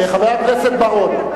חבר הכנסת בר-און,